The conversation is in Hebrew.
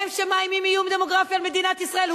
הם שמאיימים איום דמוגרפי על מדינת ישראל.